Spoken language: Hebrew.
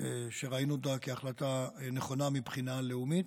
הזאת שראינו אותה כהחלטה נכונה מבחינה לאומית.